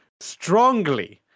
strongly